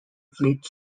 fleet